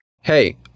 hey